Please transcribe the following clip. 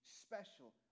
special